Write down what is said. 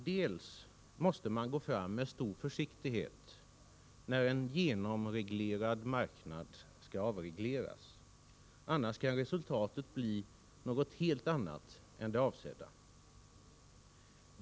Dels måste man gå fram med stor försiktighet när en genomreglerad marknad skall avregleras. Annars kan resultatet bli något helt annat än det avsedda.